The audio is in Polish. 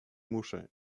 muszę